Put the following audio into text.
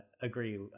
agree